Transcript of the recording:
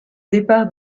départ